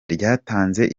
ryatanze